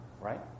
right